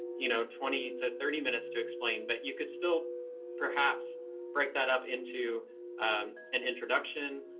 you know, twenty to thirty minutes to explain, but you could still perhaps break that up into an introduction.